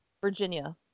Virginia